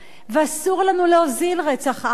ואסור לנו להוזיל רצח עם,